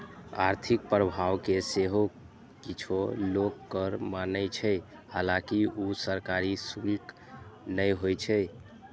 आर्थिक प्रभाव कें सेहो किछु लोक कर माने छै, हालांकि ऊ सरकारी शुल्क नै होइ छै